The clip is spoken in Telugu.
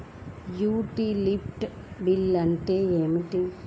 యుటిలిటీ బిల్లు అంటే ఏమిటి?